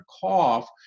cough